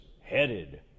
headed